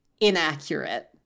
inaccurate